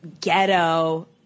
ghetto